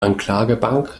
anklagebank